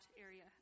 area